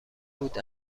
بود